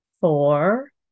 four